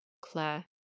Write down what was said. Claire